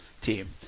team